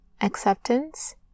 acceptance